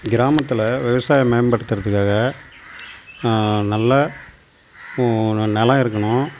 கிராமத்தில் விவசாய மேம்படுத்துறதுக்காக நல்ல நிலம் இருக்கணும்